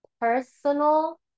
personal